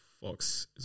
Fox